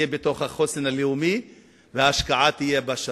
בתוך החוסן הלאומי וההשקעה בה תהיה שווה,